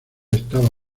estaba